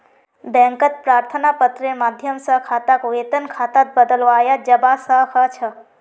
बैंकत प्रार्थना पत्रेर माध्यम स खाताक वेतन खातात बदलवाया जबा स ख छ